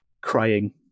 crying